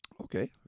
Okay